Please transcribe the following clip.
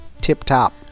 tip-top